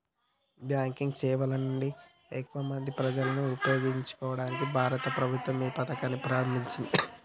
Banking సేవల నుండి ఎక్కువ మంది ప్రజలను ఉపయోగించుకోవడానికి భారత ప్రభుత్వం ఏ పథకాన్ని ప్రారంభించింది?